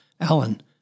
Alan